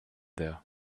there